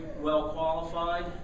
well-qualified